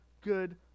good